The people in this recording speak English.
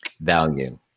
value